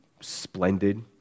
splendid